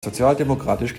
sozialdemokratisch